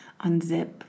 unzip